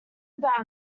about